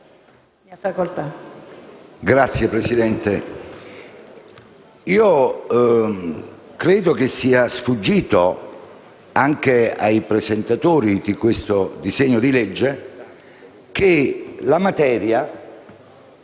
Signora Presidente, credo sia sfuggito anche ai presentatori di questo disegno di legge che la materia